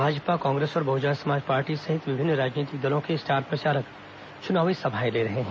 भाजपा कांग्रेस और बहुजन समाज पार्टी सहित विभिन्न राजनीतिक दलों के स्टार प्रचारक चुनावी सभाएं ले रहे हैं